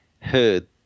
heard